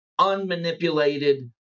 unmanipulated